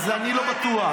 אז אני לא בטוח.